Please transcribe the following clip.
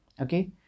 okay